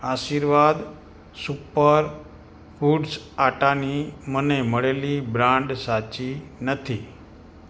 આશીર્વાદ super foods આટાની મને મળેલી બ્રાન્ડ સાચી નથી